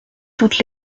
toutes